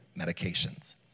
medications